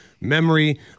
memory